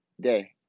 day